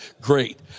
Great